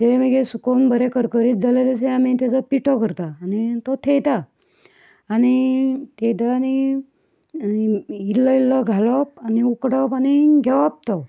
ते बरें सुकोन बरें करकरीत जालें तशें आमी तेजो पिठो करताच आनी तो थेयता आनी थेयता आनी इल्लो इल्लो घालप आनी उकडप आनी घेवप तो